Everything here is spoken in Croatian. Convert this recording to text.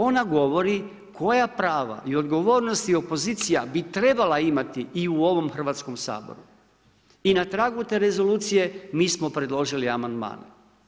Ona govori koja prava i odgovornosti opozicija bi trebala imati i u ovom Hrvatskom saboru. i na tragu te rezolucije mi smo predložili amandman.